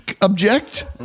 object